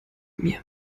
mir